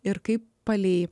ir kaip palei